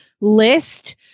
list